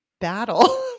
battle